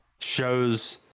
shows